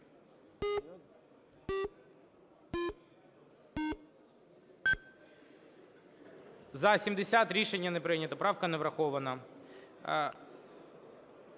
За-70 Рішення не прийнято. Правка не врахована.